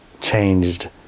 changed